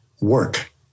work